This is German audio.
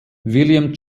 william